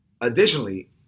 additionally